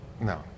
no